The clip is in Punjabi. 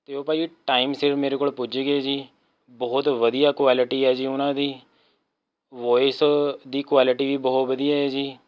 ਅਤੇ ਉਹ ਭਾਅ ਜੀ ਟਾਈਮ ਸਿਰ ਮੇਰੇ ਕੋਲ ਪੁੱਜ ਗਏ ਜੀ ਬਹੁਤ ਵਧੀਆ ਕੁਆਲਿਟੀ ਆ ਜੀ ਉਹਨਾਂ ਦੀ ਵੋਆਇਸ ਦੀ ਕੁਆਲਿਟੀ ਵੀ ਬਹੁਤ ਵਧੀਆ ਏ ਜੀ